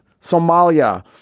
Somalia